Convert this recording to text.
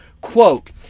Quote